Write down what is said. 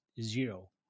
zero